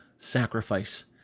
sacrifice